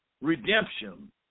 redemption